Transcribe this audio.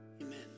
Amen